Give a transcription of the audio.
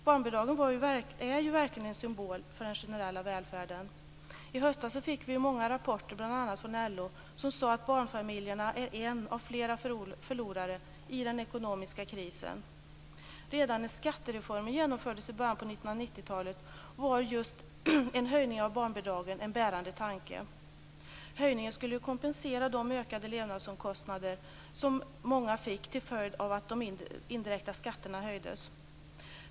Barnbidragen är verkligen en symbol för den generella välfärden. I höstas fick vi många rapporter, bl.a. från LO som sade att barnfamiljerna är en av flera förlorare i den ekonomiska krisen. Redan när skattereformen genomfördes i början av 1990-talet var just en höjning av barnbidragen en bärande tanke. Höjningen skulle kompensera de ökade levnadsomkostnader som många fick till följd av att de indirekta skatterna höjdes.